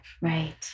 Right